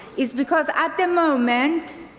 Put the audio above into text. is because at the moment.